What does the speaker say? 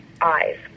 eyes